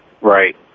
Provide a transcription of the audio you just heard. Right